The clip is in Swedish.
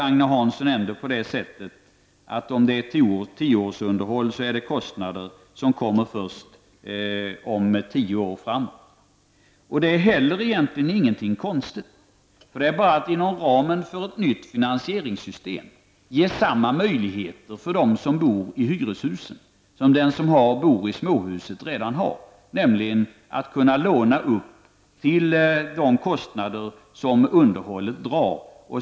Agne Hansson, om det är fråga om tioårsunderhåll så handlar det om kostnader som uppstår först tio år framåt i tiden. Det är egentligen inte något konstigt. Inom ramen för ett nytt finansieringssystem ges alltså de som bor i hyreshus samma möjlighet som de som bor i småhus redan har, nämligen att de kan låna till kostnaderna för underhållet.